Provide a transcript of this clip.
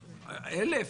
1,000?